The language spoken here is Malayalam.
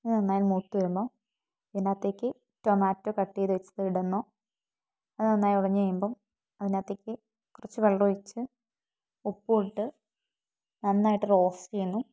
ഇത് നന്നായി മൂത്ത് വരുമ്പോൾ ഇതിന്റകത്തേയ്ക്ക് ടൊമാറ്റോ കട്ട് ചെയ്തു വച്ചത് ഇടണം അത് നന്നായി ഒടഞ്ഞു കഴിയുമ്പം അതിന്റകത്തേയ്ക്ക് കുറച്ച് വെള്ളമൊഴിച്ച് ഉപ്പും ഇട്ട് നന്നായിട്ട് റോസ്റ്റ് ചെയ്യണം